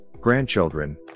grandchildren